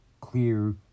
Clear